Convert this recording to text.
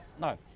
No